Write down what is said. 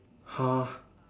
!huh!